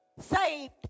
saved